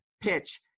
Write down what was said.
PITCH